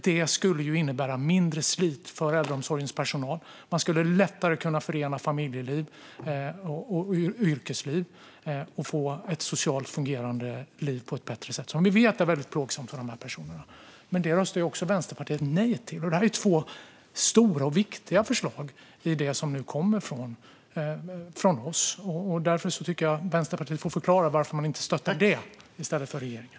Det skulle innebära mindre slit för äldreomsorgens personal. De skulle lättare kunna förena familjeliv med yrkesliv och få ett bättre fungerande socialt liv. Vi vet att det är väldigt plågsamt för dessa personer. Men detta röstar Vänsterpartiet också nej till. Det är två stora och viktiga förslag i det som nu kommer från oss. Jag tycker att Vänsterpartiet får förklara varför man inte stöder dessa i stället för regeringen.